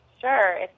Sure